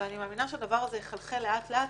ואני מאמינה שהדבר הזה יחלחל לאט לאט.